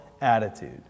attitude